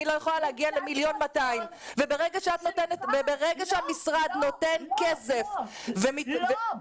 אני לא יכולה להגיע ל-1.2 מיליון וברגע שהמשרד נותן כסף ו --- לא,